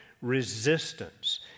resistance